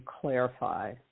clarify